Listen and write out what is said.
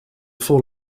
fall